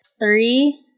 Three